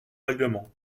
règlement